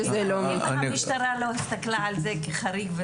המשטרה לא הסתכלה על זה כחריג.